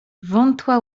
wątła